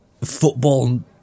football